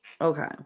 okay